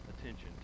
attention